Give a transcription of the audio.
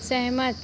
सहमत